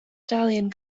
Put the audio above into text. stallion